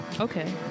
Okay